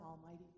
almighty